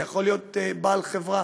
זה יכול להיות בעל חברה